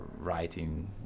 writing